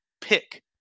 pick